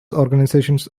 organizations